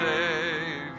Savior